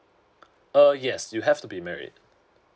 uh yes you have to be married